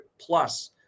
plus